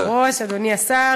אדוני היושב-ראש, תודה, אדוני השר,